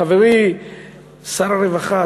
חברי שר הרווחה,